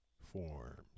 forms